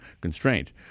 constraint